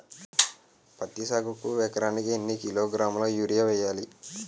పత్తి సాగుకు ఎకరానికి ఎన్నికిలోగ్రాములా యూరియా వెయ్యాలి?